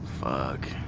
Fuck